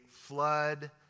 flood